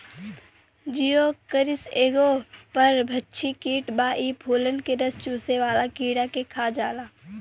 Geocoris एगो परभक्षी कीट बा इ फूलन के रस चुसेवाला कीड़ा के खा जाला